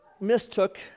mistook